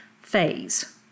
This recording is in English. phase